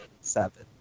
Seven